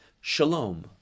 Shalom